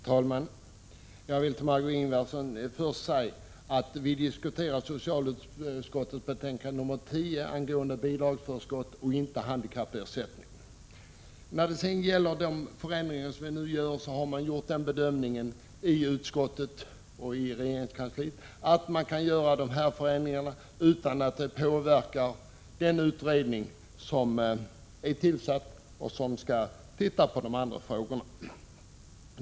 Herr talman! Jag vill till Margé Ingvardsson först säga att vi diskuterar socialutskottets betänkande 10 angående bidragsförskott och inte handikappersättningen. När det sedan gäller de förändringar vi nu föreslår har man gjort den bedömningen i utskottet och i regeringskansliet att man kan göra dessa förändringar utan att det påverkar den utredning som är tillsatt för att titta på de övriga frågorna.